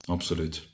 Absoluut